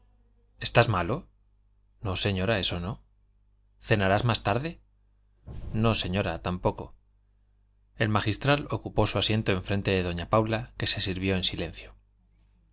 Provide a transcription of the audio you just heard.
estás malo no señora eso no cenarás más tarde no señora tampoco el magistral ocupó su asiento enfrente de doña paula que se sirvió en silencio